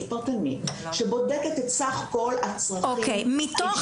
פרטנית שבודקת את סך כל הצרכים האישיים שלו --- סליחה,